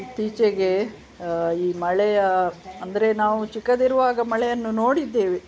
ಇತ್ತೀಚೆಗೆ ಈ ಮಳೆಯ ಅಂದರೆ ನಾವು ಚಿಕ್ಕದಿರುವಾಗ ಮಳೆಯನ್ನು ನೋಡಿದ್ದೇವೆ